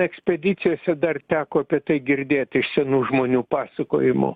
ekspedicijose dar teko apie tai girdėt iš senų žmonių pasakojimų